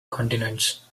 continents